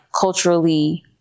culturally